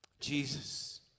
Jesus